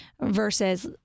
versus